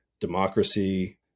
democracy